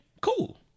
cool